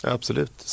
Absolut